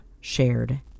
shared